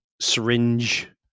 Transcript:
syringe